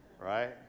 Right